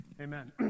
Amen